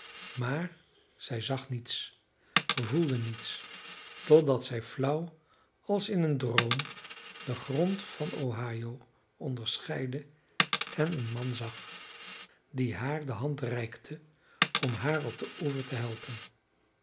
maar zij zag niets voelde niets totdat zij flauw als in een droom den grond van ohio onderscheidde en een man zag die haar de hand reikte om haar op den oever te helpen